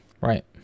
Right